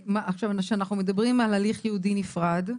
כשאנחנו נדברים על הליך ייעודי נפרד,